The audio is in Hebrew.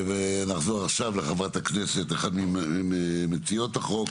נחזור עכשיו לחברת הכנסת, אחת ממציעות החוק.